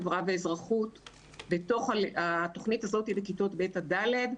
חברה ואזרחות בתוך התוכנית הזאת לכיתות ב' עד ד',